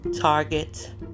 target